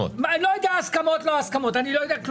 יודע הסכמות או לא הסכמות.